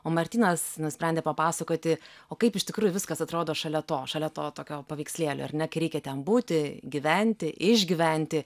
o martynas nusprendė papasakoti o kaip iš tikrųjų viskas atrodo šalia to šalia to tokio paveikslėlio ar ne kai reikia ten būti gyventi išgyventi